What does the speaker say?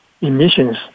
emissions